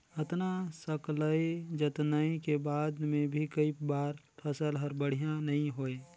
अतना सकलई जतनई के बाद मे भी कई बार फसल हर बड़िया नइ होए